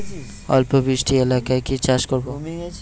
অল্প বৃষ্টি এলাকায় কি চাষ করব?